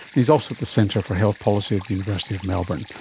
he is also at the centre for health policy at the university of melbourne.